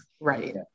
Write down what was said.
right